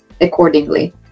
accordingly